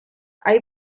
hay